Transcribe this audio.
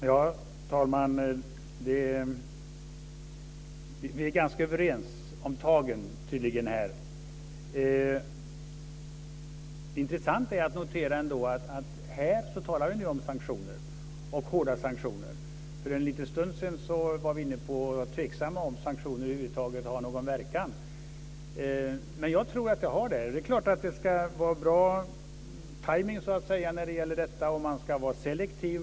Fru talman! Vi är tydligen ganska överens om tagen här. Det är ändå intressant att notera att det talades om sanktioner här - och hårda sanktioner. För en liten stund sedan var man tveksam till att sanktioner över huvud taget har någon verkan. Men jag tror att de har det. Det ska förstås vara bra tajmning när det gäller sanktioner, och man ska vara selektiv.